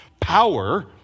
power